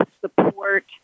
support